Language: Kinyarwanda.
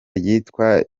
ryitwa